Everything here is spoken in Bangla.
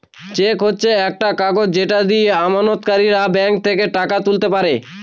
চেক হচ্ছে একটা কাগজ যেটা দিয়ে আমানতকারীরা ব্যাঙ্ক থেকে টাকা তুলতে পারে